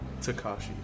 Takashi